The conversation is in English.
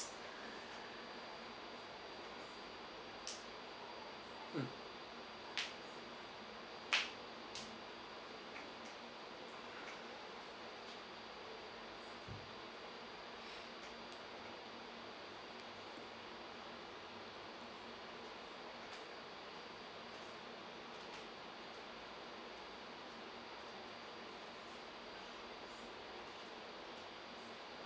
mm